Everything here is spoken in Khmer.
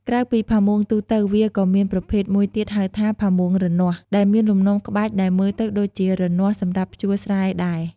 ក្រៅពីផាមួងទូទៅ វាក៏មានប្រភេទមួយទៀតហៅថា ផាមួងរនាស់ ដែលមានលំនាំក្បាច់ដែលមើលទៅដូចជា រនាស់ សម្រាប់ភ្ជួរស្រែដែរ។